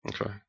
okay